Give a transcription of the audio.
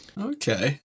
Okay